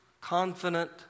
confident